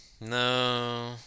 No